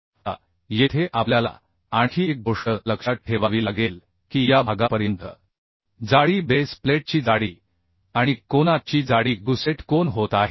आता येथे आपल्याला आणखी एक गोष्ट लक्षात ठेवावी लागेल की या भागापर्यंत जाडी बेस प्लेटची जाडी आणि कोना ची जाडी गुसेट कोन होत आहे